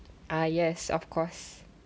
ah yes of course